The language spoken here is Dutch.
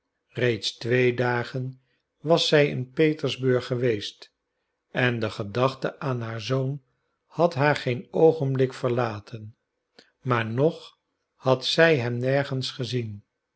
reeds twee dagen was zij in petersburg geweest en de gedachte aan haar zoon had haar geen oogenblik verlaten maar nog had zij hem nergens gezien